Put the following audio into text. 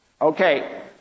Okay